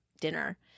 dinner